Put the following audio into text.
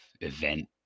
event